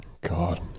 God